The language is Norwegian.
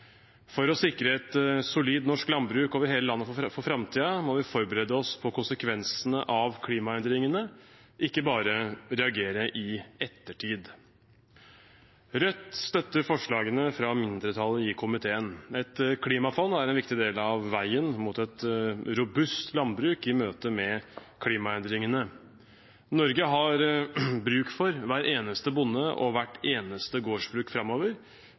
For å sikre et solid norsk landbruk over hele landet for framtiden må vi forberede oss på konsekvensene av klimaendringene – ikke bare reagere i ettertid. Rødt støtter forslagene fra mindretallet i komiteen. Et klimafond er en viktig del av veien mot et robust landbruk i møte med klimaendringene. Norge har bruk for hver eneste bonde og hvert eneste gårdsbruk framover